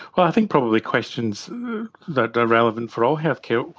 well, i think probably questions that are relevant for all healthcare,